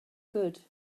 good